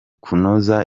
kunoza